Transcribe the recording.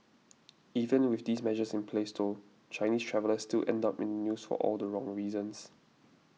even with these measures in place though Chinese travellers still end up in the news for all the wrong reasons